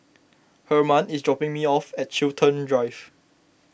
Herman is dropping me off at Chiltern Drive